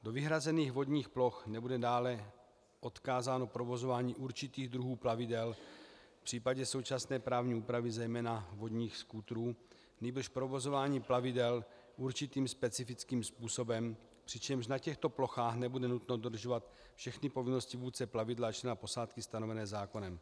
Do vyhrazených vodních ploch nebude dále odkázáno provozování určitých druhů plavidel, v případě současné právní úpravy zejména vodních skútrů, nýbrž provozování plavidel určitým specifickým způsobem, přičemž na těchto plochách nebude nutno dodržovat všechny povinnosti vůdce plavidla a člena posádky stanovené zákonem.